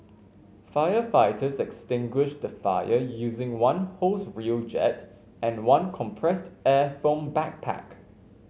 firefighters extinguished the fire using one hose reel jet and one compressed air foam backpack